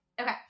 Okay